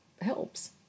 helps